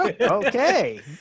Okay